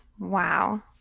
wow